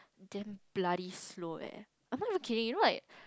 damn bloody slow eh I'm not even kidding you know like